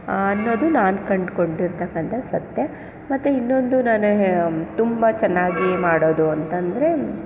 ಅನ್ನೋದು ನಾನು ಕಂಡ್ಕೊಂಡಿರ್ತಕ್ಕಂಥ ಸತ್ಯ ಮತ್ತು ಇನ್ನೊಂದು ನಾನು ತುಂಬ ಚೆನ್ನಾಗಿ ಮಾಡೋದು ಅಂತಂದರೆ